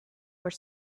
were